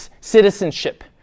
citizenship